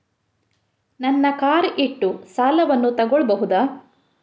ನನ್ನ ಕಾರ್ ಇಟ್ಟು ಸಾಲವನ್ನು ತಗೋಳ್ಬಹುದಾ?